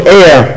air